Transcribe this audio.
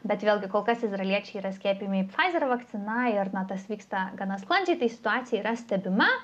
bet vėlgi kol kas izraeliečiai yra skiepijami pfizer vakcina ir na tas vyksta gana sklandžiai tai situacija yra stebima